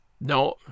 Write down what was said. No